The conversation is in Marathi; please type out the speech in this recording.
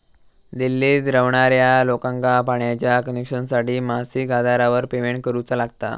दिल्लीत रव्हणार्या लोकांका पाण्याच्या कनेक्शनसाठी मासिक आधारावर पेमेंट करुचा लागता